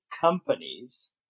companies